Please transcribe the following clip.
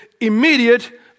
immediate